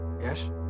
Yes